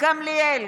גמליאל,